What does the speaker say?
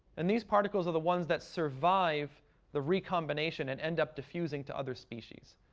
and these particles are the ones that survive the recombination and end up diffusing to other species.